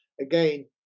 again